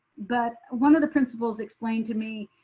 but one of the principals explained to me.